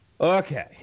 Okay